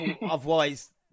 otherwise